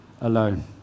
alone